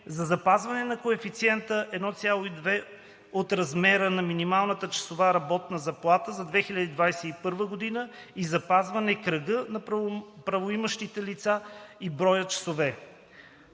за запазване на коефициента 1,2 от размера на минималната часова работна заплата за 2021 г. и запазване кръга на правоимащите лица и броя часове.